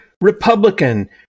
Republican